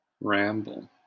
Ramble